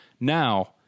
now